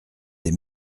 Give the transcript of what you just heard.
des